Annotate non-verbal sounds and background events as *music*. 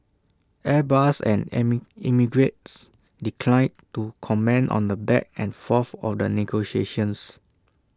airbus and *unintelligible* emirates declined to comment on the back and forth of the negotiations